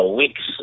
weeks